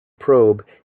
probe